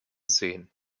seen